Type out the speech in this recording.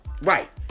right